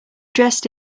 dressed